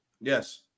Yes